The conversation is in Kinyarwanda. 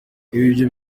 ibyo